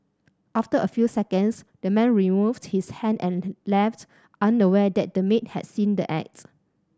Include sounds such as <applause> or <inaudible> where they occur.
after a few seconds the man removed his hand and <unintelligible> left unaware that the maid had seen the acts